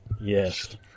Yes